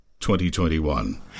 2021